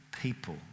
people